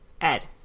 Ed